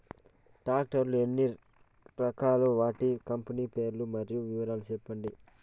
Tractor లు ఎన్ని రకాలు? వాటి కంపెని పేర్లు మరియు వివరాలు సెప్పండి?